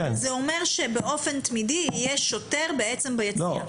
אבל זה אומר שבאופן תמידי יהיה שוטר ביציע.